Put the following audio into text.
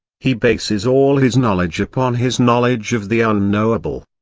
he bases all his knowledge upon his knowledge of the unknowable.